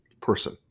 person